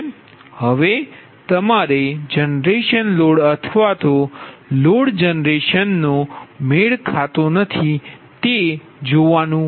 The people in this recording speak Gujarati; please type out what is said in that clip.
હવે તમારે જનરેશન લોડ અથવા તો લોડ જનરેશન જેનો મેળ ખાતો નથી તે જોવાનુ છે